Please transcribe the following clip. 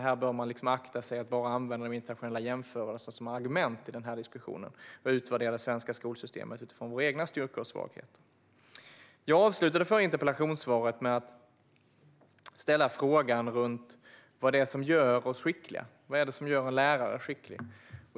Här bör man akta sig för att bara använda sig av internationella jämförelser som argument i diskussionen och i stället utvärdera det svenska skolsystemet utifrån våra egna styrkor och svagheter. Jag avslutade interpellationssvaret med att fråga vad det är som gör lärare skickliga.